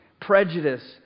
prejudice